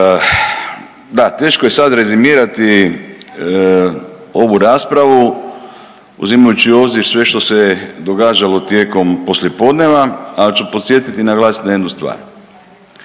da teško je sad rezimirati ovu raspravu uzimajući u obzir sve što se događalo tijekom poslijepodneva. Ali ću podsjetiti na glas na jednu stvar.